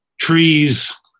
trees